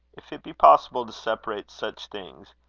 if it be possible to separate such things,